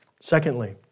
Secondly